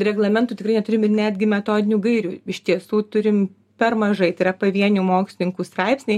reglamentų tikrai neturim ir netgi metodinių gairių iš tiesų turim per mažai tai yra pavienių mokslininkų straipsniai